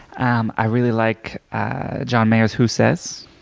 um i really like john maher's who says?